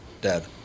Dead